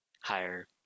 higher